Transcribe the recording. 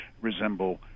resemble